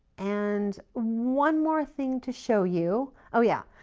and one more thing to show you. oh, yeah,